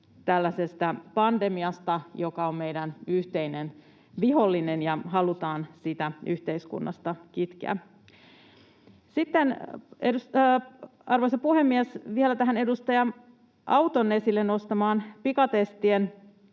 tällaisesta pandemiasta, joka on meidän yhteinen vihollinen ja jota halutaan sitä yhteiskunnasta kitkeä. Sitten, arvoisa puhemies, vielä tähän edustaja Auton esille nostamaan pikatestien